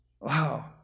Wow